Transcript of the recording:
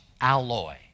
alloy